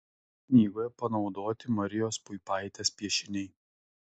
knygoje panaudoti marijos puipaitės piešiniai